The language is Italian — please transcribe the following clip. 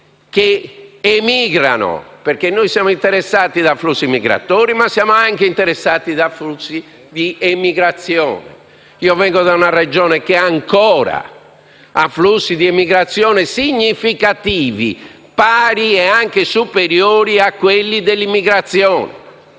che emigrano. Ricordo infatti che siamo interessati da flussi migratori, ma anche da flussi di emigrazione. Vengo da una Regione che ha ancora flussi di emigrazione significativi, pari e anche superiori a quelli dell'immigrazione.